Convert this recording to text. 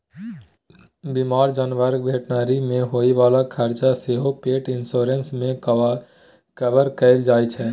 बीमार जानबरक भेटनरी मे होइ बला खरचा सेहो पेट इन्स्योरेन्स मे कवर कएल जाइ छै